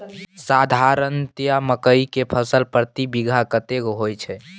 साधारणतया मकई के फसल प्रति बीघा कतेक होयत छै?